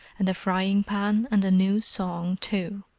and a frying-pan and a new song too!